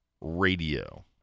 RADIO